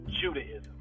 Judaism